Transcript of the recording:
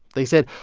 they said,